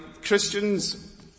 Christians